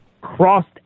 crossed